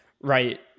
Right